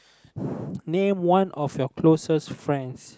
name one of your closest friends